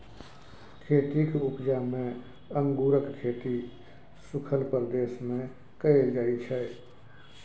खेतीक उपजा मे अंगुरक खेती सुखल प्रदेश मे कएल जाइ छै